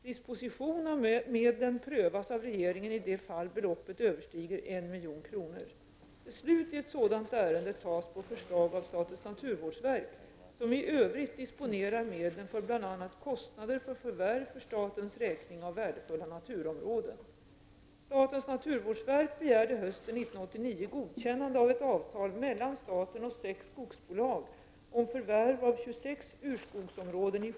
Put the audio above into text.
Disposition av medlen prövas av regeringen i de fall beloppet överstiger 1 milj.kr. Beslut i ett sådant ärende tas på förslag av statens naturvårdsverk, som i övrigt disponerar medlen för bl.a. kostnader för förvärv för statens räkning av värdefulla naturområden.